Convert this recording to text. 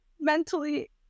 mentally